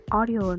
audio